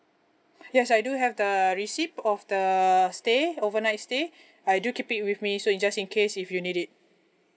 yes I do have the receipt of the stay overnight stay I do keep it with me so just in case if you need it